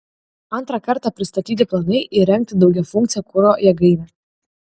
antrą kartą pristatyti planai įrengti daugiafunkcę kuro jėgainę